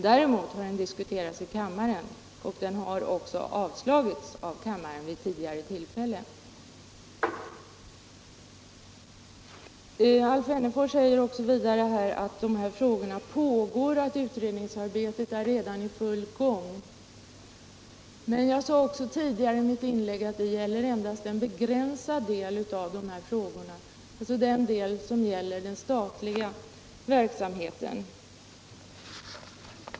Däremot har den dis — Jämställdhetsfrågor kuterats i kammaren, och den har också avslagits av kammaren vid ti — m.m. digare tillfällen. Vidare sade Alf Wennerfors att utredningsarbetet redan är i full gång beträffande de här frågorna. Men det gäller, som jag sade i mitt tidigare inlägg, bara en begränsad del av frågorna, alltså den del som avser den statliga verksamheten.